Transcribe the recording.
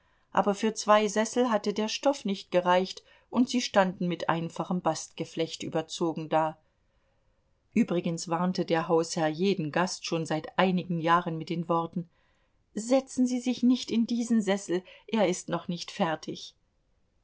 aber für zwei sessel hatte der stoff nicht gereicht und sie standen mit einfachem bastgeflecht überzogen da übrigens warnte der hausherr jeden gast schon seit einigen jahren mit den worten setzen sie sich nicht in diesen sessel er ist noch nicht fertig